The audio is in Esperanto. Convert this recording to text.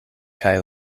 kaj